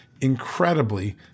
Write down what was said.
incredibly